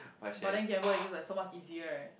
but then gamble is just like so much easier right